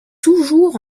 toujours